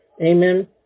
Amen